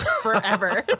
forever